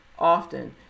often